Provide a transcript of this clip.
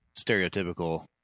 stereotypical